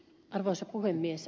arvoisa puhemies